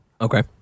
Okay